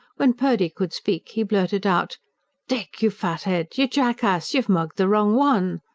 when purdy could speak, he blurted out dick, you fathead you jackass you've mugged the wrong one.